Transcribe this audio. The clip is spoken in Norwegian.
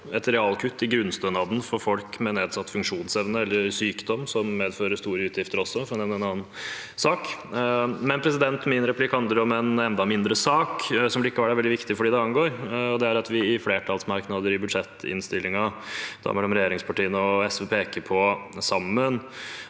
et realkutt i grunnstønaden for folk med nedsatt funksjonsevne eller sykdom som også medfører store utgifter, men det er en annen sak. Min replikk handler om en enda mindre sak, som likevel er veldig viktig for dem det angår, og det er at vi i flertallsmerknader i budsjettinnstillingen mellom regjeringspartiene og SV sammen